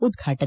ಉದ್ಘಾಟನೆ